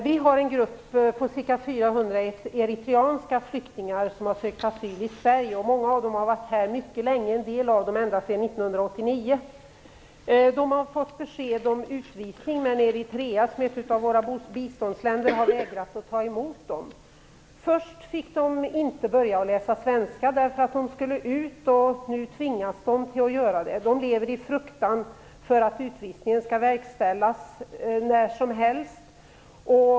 Herr talman! Jag vill ställa min fråga till biståndsminister Pierre Schori. Det finns en grupp på ca Många av dem har varit här mycket länge - en del av dem ända sedan 1989. De har fått besked om utvisning, men Eritrea som är ett av våra biståndsländer har vägrat att ta emot dem. Till att börja med fick dessa personer inte börja läsa svenska eftersom de skulle utvisas. Nu tvingas de till det. De lever i fruktan för att utvisningarna skall verkställas när som helst.